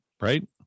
right